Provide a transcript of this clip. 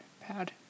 pad